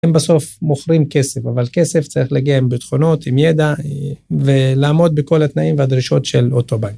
הם בסוף מוכרים כסף, אבל כסף צריך לגיע עם ביטחונות, עם ידע ולעמוד בכל התנאים והדרישות של אוטובנק.